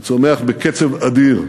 הוא צומח בקרב אדיר.